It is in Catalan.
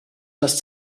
les